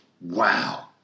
Wow